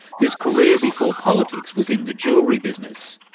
whose career before politics was in the jewellery business.